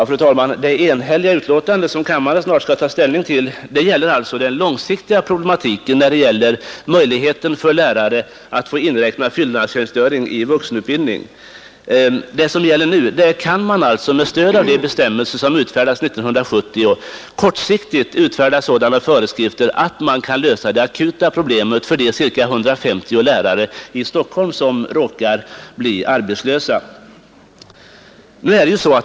Fru talman! Det enhälliga betänkande som kammaren snart skall ta ställning till gäller alltså den långsiktiga problematiken beträffande möjligheten för lärare att få inräkna fyllnadstjänstgöring i vuxenutbildning. För nuläget kan man alltså med stöd av de bestämmelser som utfärdades 1970 kortsiktigt ge sådana föreskrifter att man kan lösa det akuta problemet för de ca 150 lärare i Stockholm som råkar bli arbetslösa.